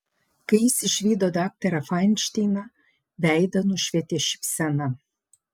kai jis išvydo daktarą fainšteiną veidą nušvietė šypsena